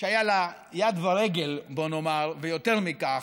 שהיו לה יד ורגל, בואו נאמר, ויותר מכך,